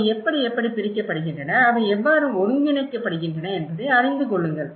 அவை எப்படி எப்படி பிரிக்கப்படுகின்றன அவை எவ்வாறு ஒருங்கிணைக்கப்படுகின்றன என்பதை அறிந்து கொள்ளுங்கள்